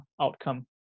outcome